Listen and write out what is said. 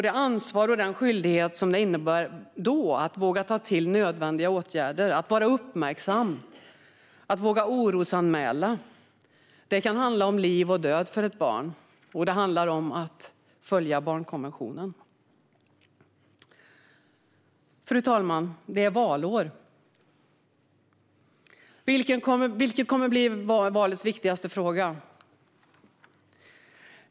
Det ansvar och den skyldighet som det innebär att då våga ta till nödvändiga åtgärder, att vara uppmärksam och våga orosanmäla, kan handla om liv och död för ett barn. Och det handlar om att följa barnkonventionen. Fru talman! Det är valår. Vilken kommer att bli valets viktigaste fråga?